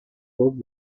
dos